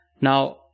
Now